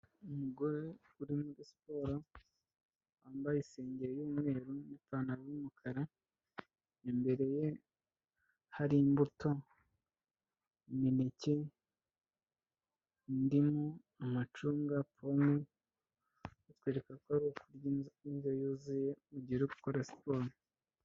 Umugore uri muri siporo wambaye isengeri y'umweru n'ipantaro y'umukara, imbere ye hari imbuto, imineke, indimu, amacunga, pome, atwereka ko ari ukurya indyo yuzuye mu gihe uri gukora siporo.